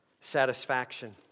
satisfaction